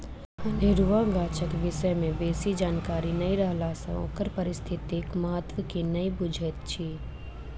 अनेरुआ गाछक विषय मे बेसी जानकारी नै रहला सँ ओकर पारिस्थितिक महत्व के नै बुझैत छी